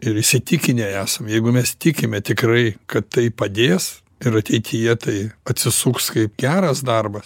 ir įsitikinę esam jeigu mes tikime tikrai kad tai padės ir ateityje tai atsisuks kaip geras darbas